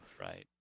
Right